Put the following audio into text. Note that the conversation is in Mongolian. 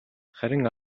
харин